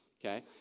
okay